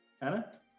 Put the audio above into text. Anna